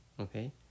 Okay